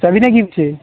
যাবি নে কি পিছে